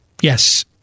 Yes